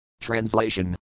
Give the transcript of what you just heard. Translation